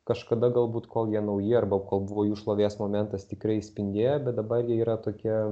kažkada galbūt kol jie nauji arba kol buvo jų šlovės momentas tikrai spindėjo bet dabar jie yra tokie